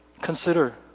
Consider